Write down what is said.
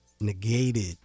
negated